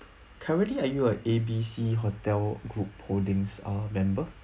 currently are you a A B C hotel group holdings uh member